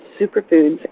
Superfoods